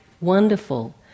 wonderful